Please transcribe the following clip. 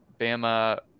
Bama